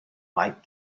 might